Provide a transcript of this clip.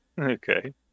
Okay